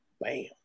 Bam